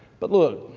but look,